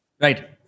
Right